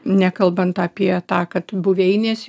nekalbant apie tą kad buveinės